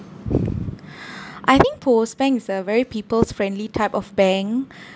I think POSB bank is a very people's friendly type of bank